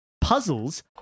puzzles